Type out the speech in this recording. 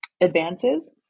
advances